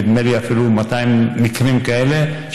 נדמה לי אפילו 200 מקרים כאלה,